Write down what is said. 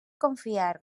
confiar